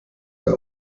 der